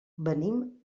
venim